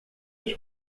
ich